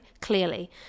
clearly